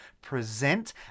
present